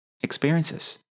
experiences